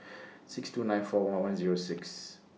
six two nine four one one Zero six